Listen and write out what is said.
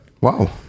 Wow